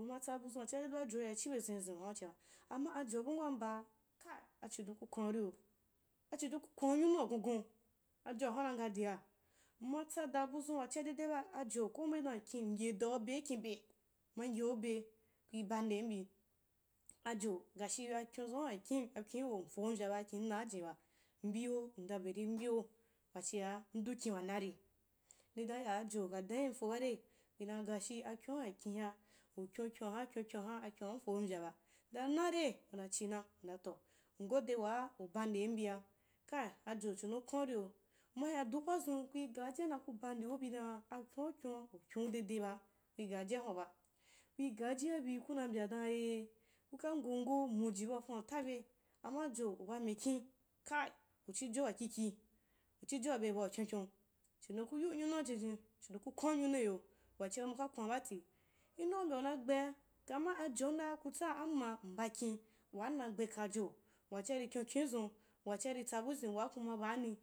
uma tsa buzun’a chia seseba ajoo riyai chi bezun izen’una chia, amma ajo bum wan mbaa, ka, achidon ku kwan’uriyo, achidon ku kwan’uriyo, achidon ku kwan’u nyaanu a gungun, ajoo hun’a na nga dia, mmatsa da buzun wachia dedeba, ajo, ko be dan nkin ngye daube lkinbe, mma gyeube kui ba ndemoi, ajo gashi akoyon zun’a uhyan kim, akyon’iwo mpomvyaba, akim, naa jiniba, mbiwo ndaa berim mbyo, wachia ndu kin wa nari, ndi dan aya ajo ka dan yim ufo bare, kui iya ukyon kyon’aha kyoukyou’aha, akyan’aha mfomvyaba, dan nare? Ku dan china, ndan toh, ngode waa ubandem bia, kai aajo chidon’u kwan’uriyo, mma hyan du pazun kui gajia dank u ba ndeubi dan’a, akyon’a kyon’a ukyon’u dedeba, kui gaajia hun’aba, kui gaajia bi kunai mbya dan eh kuka ngongo mujibau fan’uta bei amma ajo ubamikin, kai, uchi joa kiki uchi joa bei bau kyonkyou, chidon kuyiu nyonua chidon ku kwanu uyinuiyo, wachia ma uka kwan baati yo, nyonva mbyau gbeua ho amma ajonda kutsan am m ambakin wanna gnekajo wachia wanna gbekajo wachia iri kyon bizun waa kuma baani